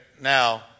now